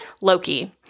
Loki